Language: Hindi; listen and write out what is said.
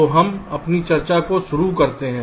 तो हम अपनी चर्चा शुरू करते हैं